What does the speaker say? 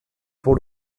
pour